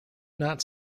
not